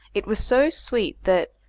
it was so sweet that,